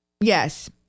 Yes